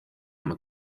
oma